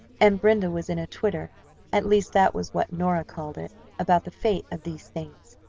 and brenda was in a twitter at least that was what nora called it about the fate of these things.